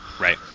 Right